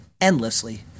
endlessly